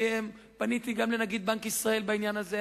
פניתי גם לנגיד בנק ישראל בעניין זה,